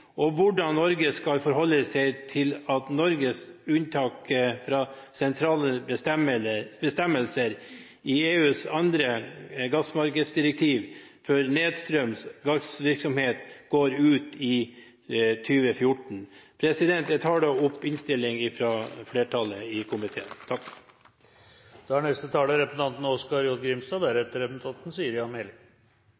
om hvordan Norge skal implementere EUs tredje gassmarkedsdirektiv, og hvordan Norge skal forholde seg til at Norges unntak fra sentrale bestemmelser i EUs andre gassmarkedsdirektiv for nedstrøms gassvirksomhet går ut i 2014. Jeg anbefaler komiteens flertallsinnstilling. Norsk gass er viktig for energiforsyninga i